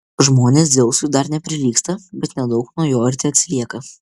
žmonės dzeusui dar neprilygsta bet nedaug nuo jo ir teatsilieka